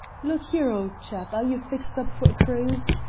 look here, old chap, are you fixed up for a cruise?